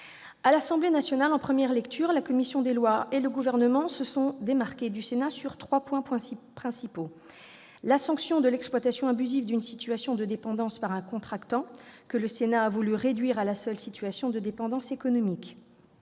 À l'Assemblée nationale, en première lecture, la commission des lois et le Gouvernement se sont démarqués du Sénat sur trois points principaux. Tout d'abord, la sanction de l'exploitation abusive d'une situation de dépendance par un contractant, que le Sénat a voulu réduire à la seule situation de dépendance économique.